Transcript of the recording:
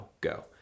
go